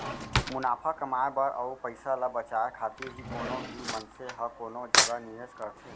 मुनाफा कमाए बर अउ पइसा ल बचाए खातिर ही कोनो भी मनसे ह कोनो जगा निवेस करथे